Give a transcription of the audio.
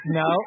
no